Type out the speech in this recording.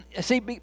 see